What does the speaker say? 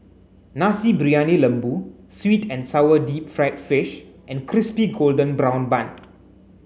Nasi Briyani Lembu Sweet and sour deep fried fish and crispy golden brown bun